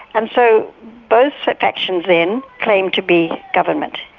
and so both factions then claimed to be government.